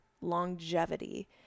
longevity